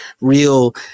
real